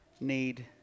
need